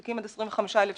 תיקים עד 25,000 שקלים,